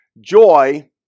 joy